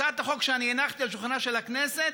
הצעת החוק שאני הנחתי על שולחנה של הכנסת